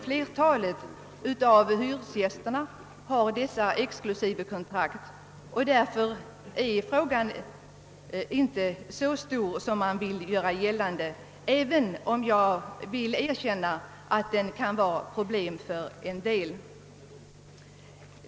Flertalet av hyresgästerna har exklusivekontrakt, och därför är frågan inte så stor som man vill göra gällande, även om jag vill erkänna att den kan vara ett problem för en del.